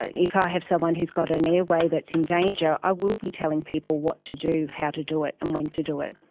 ah if i have someone who's got an airway that's in danger, i will be telling people what to do, how to do it and when to do it.